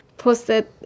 posted